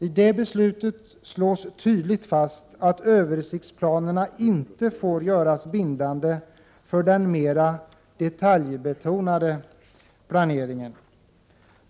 I det beslutet slås tydligt fast att översiktsplanerna inte får göras bindande för den mera detaljbetonade planeringen.